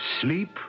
sleep